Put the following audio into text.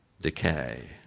decay